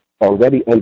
already